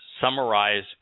summarize –